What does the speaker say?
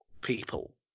people